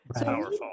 powerful